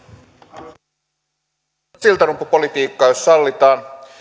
arvoisa puhemies hieman siltarumpupolitiikkaa jos sallitaan